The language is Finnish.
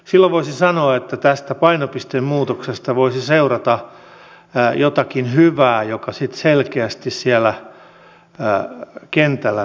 silloin voisi sanoa että tästä painopistemuutoksesta voisi seurata jotakin hyvää joka sitten selkeästi siellä kentällä näkyisi